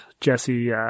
Jesse